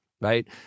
right